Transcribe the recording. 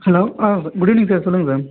hello ah good evening sir சொல்லுங்கள் sir